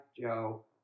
Joe